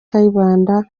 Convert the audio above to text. kayibanda